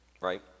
right